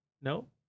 no